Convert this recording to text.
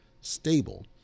stable